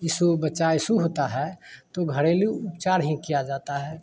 शिशु बच्चा शिशु होता है तो घरेलू उपचार ही किया जाता है